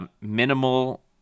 minimal